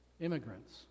immigrants